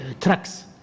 trucks